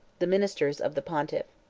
the ministers of the pontiff.